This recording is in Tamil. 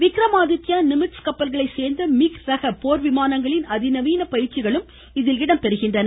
விக்ரமாதித்யா நிமிட்ஸ் கப்பல்களை சேர்ந்த மிக் ரக போர்விமானங்களின் அதிநவீன பயிற்சிகளும் இதில் இடம்பெறுகின்றன